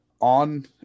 on